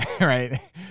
right